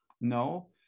No